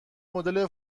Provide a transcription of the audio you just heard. مدل